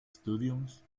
studiums